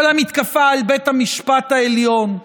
כל המתקפה על בית המשפט העליון,